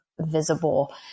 visible